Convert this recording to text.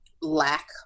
lack